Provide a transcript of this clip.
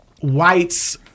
whites